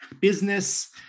business